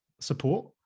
support